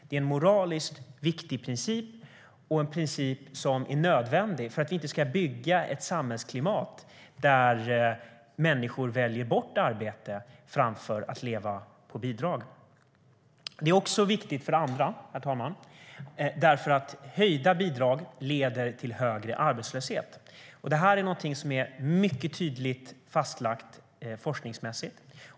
Det är en moraliskt viktig princip som är nödvändig för att vi inte ska bygga ett samhällsklimat där människor väljer bort arbete för att leva på bidrag. För det andra är det viktigt eftersom höjda bidrag leder till högre arbetslöshet. Det är mycket tydligt fastlagt forskningsmässigt.